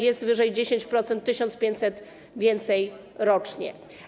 Jest wyżej, 10%, 1500 więcej rocznie.